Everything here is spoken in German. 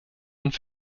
ich